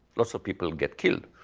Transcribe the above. lots of people get killed.